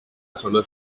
solos